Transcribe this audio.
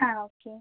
ആ ഓക്കേ